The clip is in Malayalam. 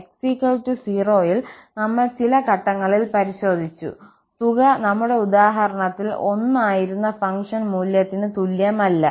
X 0 ൽ നമ്മൾ ചില ഘട്ടങ്ങളിൽ പരിശോധിച്ചു തുക നമ്മുടെ ഉദാഹരണത്തിൽ 1 ആയിരുന്ന ഫംഗ്ഷനു മൂല്യത്തിന് തുല്യമല്ല